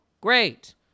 great